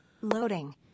Loading